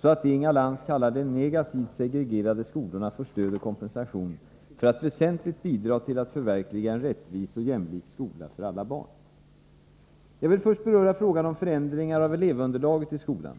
så att det Inga Lantz kallar de negativt segregerade skolorna får stöd och kompensation för att väsentligt bidra till att förverkliga en rättvis och jämlik skola för alla barn. Jag vill först beröra frågan om förändringar av elevunderlaget i skolan.